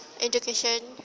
Education